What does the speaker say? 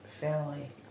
family